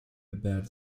about